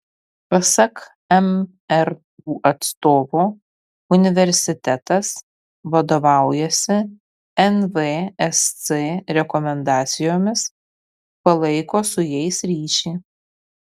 pasak mru atstovo universitetas vadovaujasi nvsc rekomendacijomis palaiko su jais ryšį